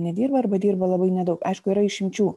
nedirba arba dirba labai nedaug aišku yra išimčių